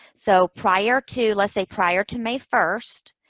so prior to, let's say prior to may first,